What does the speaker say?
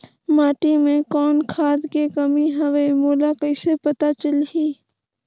माटी मे कौन खाद के कमी हवे मोला कइसे पता चलही?